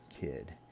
kid